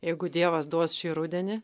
jeigu dievas duos šį rudenį